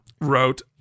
wrote